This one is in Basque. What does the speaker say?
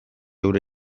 hura